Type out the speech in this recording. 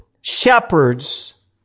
shepherds